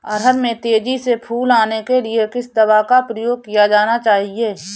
अरहर में तेजी से फूल आने के लिए किस दवा का प्रयोग किया जाना चाहिए?